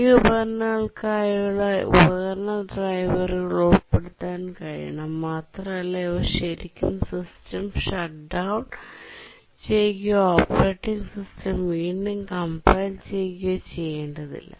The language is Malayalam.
ഈ ഉപകരണങ്ങൾക്കായുള്ള ഉപകരണ ഡ്രൈവറുകൾ ഉൾപ്പെടുത്താൻ കഴിയണം മാത്രമല്ല ഇവ ശരിക്കും സിസ്റ്റം ഷട് ഡൌൺ ചെയ്യുകയോ ഓപ്പറേറ്റിംഗ് സിസ്റ്റം വീണ്ടും കംപൈൽ ചെയ്യുകയോ ചെയ്യേണ്ടതില്ല